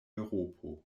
eŭropo